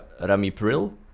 Ramipril